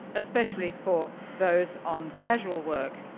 especially for those on casual work,